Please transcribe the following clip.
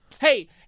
hey